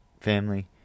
family